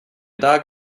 dog